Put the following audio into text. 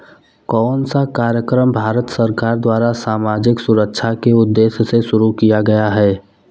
कौन सा कार्यक्रम भारत सरकार द्वारा सामाजिक सुरक्षा के उद्देश्य से शुरू किया गया है?